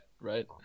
Right